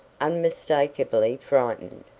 unmistakably frightened,